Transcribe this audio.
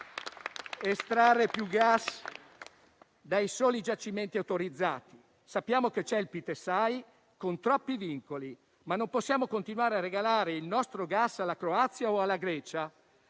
Non basta estrarre più gas dai soli giacimenti autorizzati. Sappiamo che c'è il Pitesai con troppi vincoli, ma non possiamo continuare a regalare il nostro gas alla Croazia o alla Grecia.